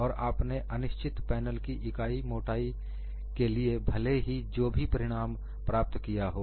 और आपने अनिश्चित पैनल की इकाई मोटाई के लिए भले ही जो भी परिणाम प्राप्त किया हो